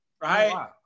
right